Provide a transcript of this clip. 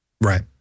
right